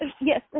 Yes